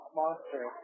monster